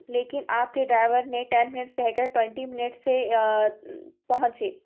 لیکن آپ کے ڈرائیور نے ٹین منٹس کہہ کر ٹوینٹی منٹس سے پہنچیں